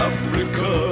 Africa